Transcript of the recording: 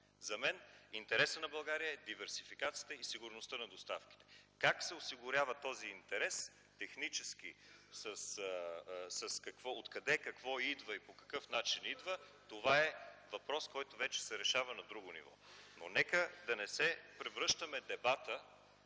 За мен интересът на България е диверсификацията и сигурността на доставките. Как се осигурява този интерес технически, откъде какво идва и по какъв начин идва, това е въпрос, който вече се решава на друго ниво, но нека да не превръщаме дебата,